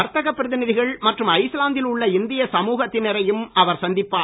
வர்த்தக பிரதிநிதிகள் மற்றும் ஐஸ்லாந்தில் உள்ள இந்திய சமூகத்தினரையும் அவர் சந்திப்பார்